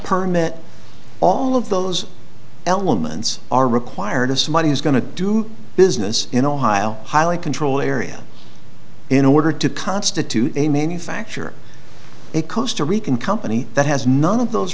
permit all of those elements are required of somebody who's going to do business in ohio highly control area in order to constitute a manufacture a coaster rican company that has none of those